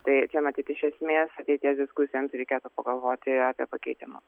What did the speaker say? tai matyt iš esmės ateities diskusijoms reikėtų pagalvoti apie pakeitimus